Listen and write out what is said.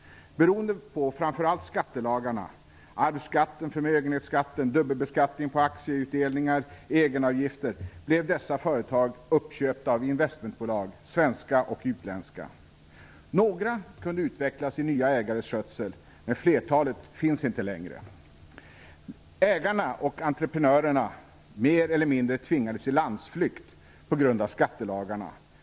Beroende på framför allt skattelagarna - arvsskatten, förmögenhetsskatten, dubbelbeskattningen av aktieutdelningar och egenavgifter - blev dessa företag uppköpta av investmentbolag, svenska och utländska. Några kunde utvecklas i nya ägares skötsel, men flertalet finns inte längre. Ägarna-entreprenörerna mer eller mindre tvingades i landsflykt på grund av skattelagarna.